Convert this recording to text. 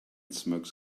smokes